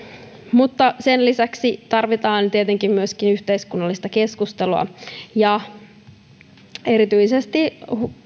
mutta sen lisäksi tarvitaan tietenkin myös yhteiskunnallista keskustelua erityisesti